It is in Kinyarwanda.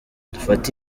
dufate